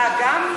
אה, גם?